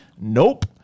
Nope